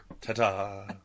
Ta-da